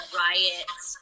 riots